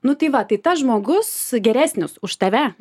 nu tai va tai tas žmogus geresnis už tave